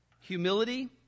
Humility